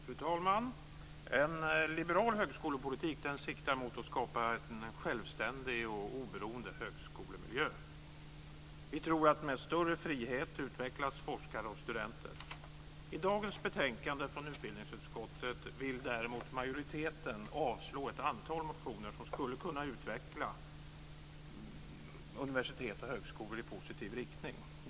Fru talman! En liberal högskolepolitik siktar mot att skapa självständig och oberoende högskolemiljö. Vi tror att med större frihet utvecklas forskare och studenter. I dagens betänkande från utbildningsutskottet vill däremot majoriteten avslå ett antal motioner som skulle kunna utveckla universitet och högskolor i positiv riktning.